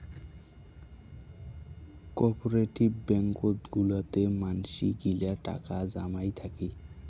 cooperative ব্যাঙ্কত গুলাতে মানসি গিলা টাকা জমাই থাকি